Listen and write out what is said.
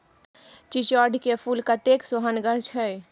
चिचोढ़ क फूल कतेक सेहनगर छै